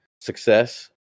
success